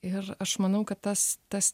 ir aš manau kad tas tas